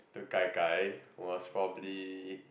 to Gai Gai was probably